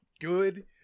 good